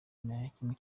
imikino